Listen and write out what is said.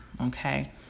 okay